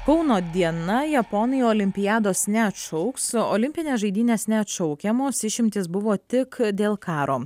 kauno diena japonai olimpiados neatšauks olimpinės žaidynės neatšaukiamos išimtys buvo tik dėl karo